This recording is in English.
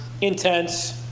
intense